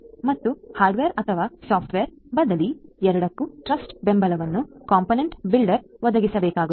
ಮತ್ತು ಹಾರ್ಡ್ವೇರ್ ಅಥವಾ ಸಾಫ್ಟ್ವೇರ್ ಬದಲಿ ಎರಡಕ್ಕೂ ಟ್ರಸ್ಟ್ ಬೆಂಬಲವನ್ನು ಕಾಂಪೊನೆಂಟ್ ಬಿಲ್ಡರ್ ಒದಗಿಸಬೇಕಾಗುತ್ತದೆ